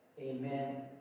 Amen